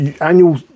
annual